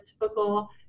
typical